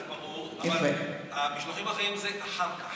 ברור, אבל המשלוחים החיים זה אחר כך.